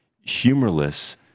humorless